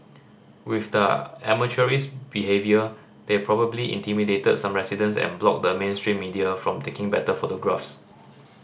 with their amateurish behaviour they probably intimidated some residents and blocked the mainstream media from taking better photographs